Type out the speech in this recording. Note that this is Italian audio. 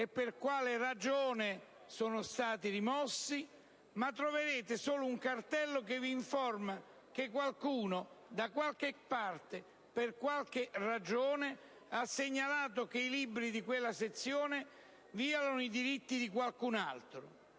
e per quali ragioni sono stati rimossi, ma troverete solo un cartello che vi informa che qualcuno da qualche parte e per qualche ragione ha segnalato che i libri di quella sezione violano i diritti di qualcun'altro.